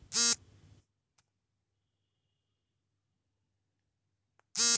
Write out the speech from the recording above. ಸಾಮಾಜಿಕ ಯೋಜನೆಗೆ ಅರ್ಹತೆ ಪಡೆಯಲು ಬಿ.ಪಿ.ಎಲ್ ಕಾರ್ಡ್ ಅವಶ್ಯಕವೇ?